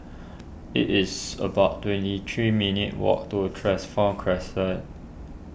it is about twenty three minutes' walk to transform Crescent